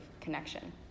connection